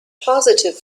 positive